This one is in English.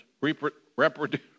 reproduce